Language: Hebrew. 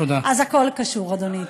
אז הכול קשור, אדוני.